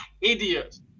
idiots